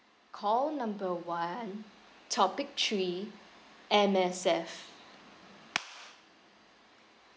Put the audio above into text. call number one topic three M_S_F